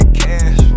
cash